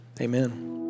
Amen